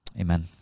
Amen